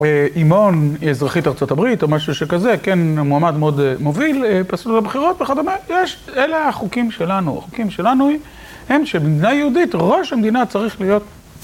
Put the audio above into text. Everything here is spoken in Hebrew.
היא אזרחית ארצות הברית או משהו שכזה, כן מועמד מאוד מוביל, פסלו לבחירות וכדומה, יש, אלה החוקים שלנו. החוקים שלנו הם שבמדינה יהודית ראש המדינה צריך להיות...